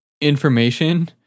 information